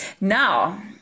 now